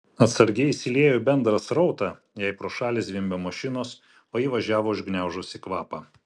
atsargiai įsiliejo į bendrą srautą jai pro šalį zvimbė mašinos o ji važiavo užgniaužusi kvapą